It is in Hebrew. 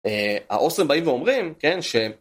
האוסם באים ואומרים כן שהם.